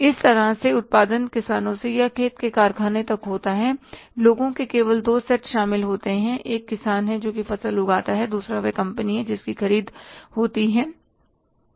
इस तरह से उत्पादन किसानों से या खेत से कारखाने तक होता है लोगों के केवल दो सेट शामिल होते हैं एक किसान है जो फसल उगाता है दूसरा वह कंपनी है जिसकी ख़रीद होती है